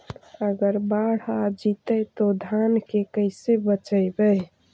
अगर बाढ़ आ जितै तो धान के कैसे बचइबै?